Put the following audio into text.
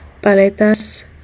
Paletas